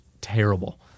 terrible